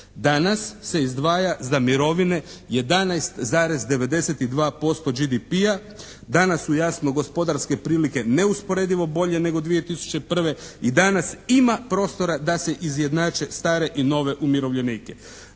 Danas se izdvaja za mirovine 11,92% GDP-a, danas su jasno gospodarske prilike neusporedivo bolje nego 2001. i danas ima prostora da se izjednače stare i nove umirovljenike.